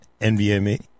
NVMe